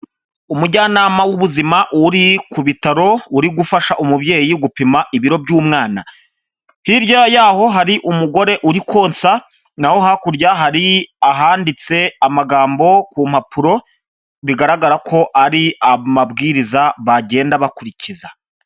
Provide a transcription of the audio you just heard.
Umujyanama w'ubuzima uri ku bitaro uri gufasha umubyeyi gupima ibiro by'umwana, hirya y'aho hari umugore uri konsa, naho hakurya hari ahanditse amagambo ku mpapuro bigaragara ko ari amabwiriza bagenda bakurikiza.